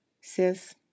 Sis